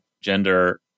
gender